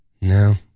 No